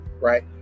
right